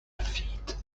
feet